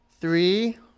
Three